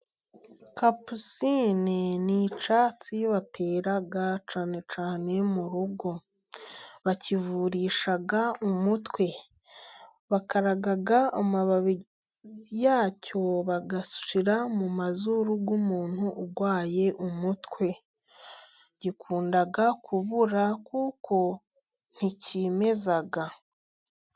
Kapusine ni ni icyatsi batera cyane cyane mu rugo. Bakivurisha umutwe, bakaraga amababi yacyo bagashyira mu mazuru y'umuntu urwaye umutwe. Gikunda kubura kuko nticyimeza.